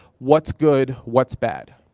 what's good, what's bad?